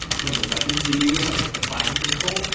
from the weapons they use like the plasma pistol.